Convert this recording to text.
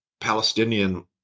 Palestinian